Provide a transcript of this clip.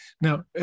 Now